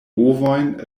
ovojn